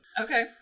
Okay